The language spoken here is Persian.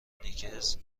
نیکز